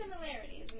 similarities